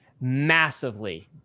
massively